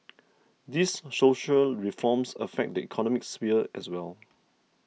these social reforms affect the economic sphere as well